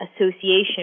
association